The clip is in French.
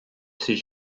ces